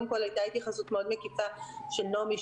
קודם כול הייתה התייחסות מאוד מקיפה של נעמי,